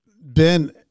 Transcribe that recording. Ben